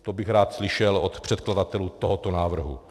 To bych rád slyšel od předkladatelů tohoto návrhu.